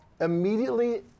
immediately